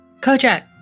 Kojak